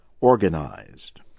organized